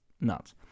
nuts